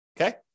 Okay